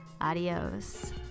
adios